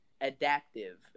adaptive